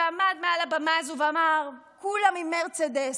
שעמד על הבמה הזו ואמר: כולם עם מרצדס.